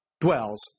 dwells